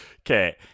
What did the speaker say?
Okay